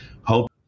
hope